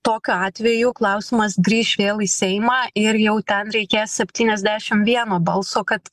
tokiu atveju klausimas grįš vėl į seimą ir jau ten reikės septyniasdešimt vieno balso kad